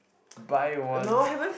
buy one